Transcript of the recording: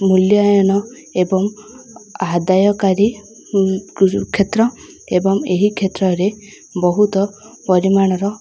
ମୂଲ୍ୟାୟନ ଏବଂ ଆଦାୟକାରୀ କ୍ଷେତ୍ର ଏବଂ ଏହି କ୍ଷେତ୍ରରେ ବହୁତ ପରିମାଣର